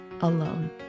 alone